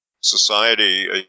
society